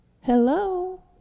Hello